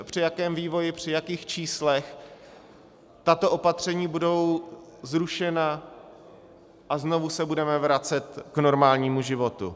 Při jakém vývoji, při jakých číslech tato opatření budou zrušena a znovu se budeme vracet k normálnímu životu?